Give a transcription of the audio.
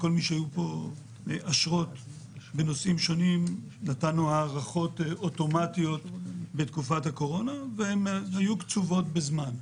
לכל מי שהייתה אשרה בנושאים שונים נתנו הארכות אוטומטיות קצובות בזמן.